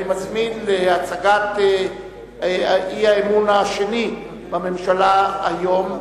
אני מזמין להצגת האי-אמון השני בממשלה היום,